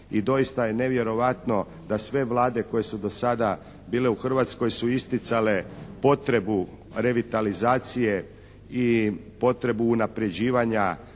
i doista je nevjerojatno da sve vlade koje su do sada bile u Hrvatskoj su isticale potrebu revitalizacije i potrebu unapređivanja